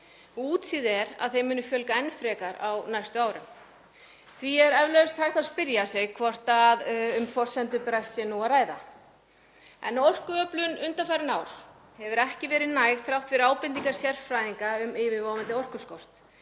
og fyrirséð að þeim muni fjölga enn frekar á næstu árum. Því er eflaust hægt að spyrja sig hvort um forsendubrest sé nú að ræða. Orkuöflun undanfarin ár hefur ekki verið næg þrátt fyrir ábendingar sérfræðinga um yfirvofandi orkuskort